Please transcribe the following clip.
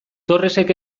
torresek